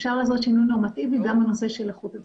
אפשר לעשות שינוי נורמטיבי גם בנושא של איכות התזונה.